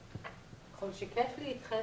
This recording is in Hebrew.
שלו.